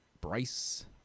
Bryce